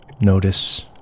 notice